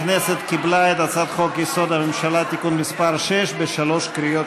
הכנסת קיבלה את הצעת חוק-יסוד: הממשלה (תיקון מס' 6) בשלוש קריאות,